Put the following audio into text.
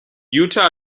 utah